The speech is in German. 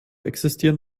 existieren